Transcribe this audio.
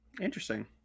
interesting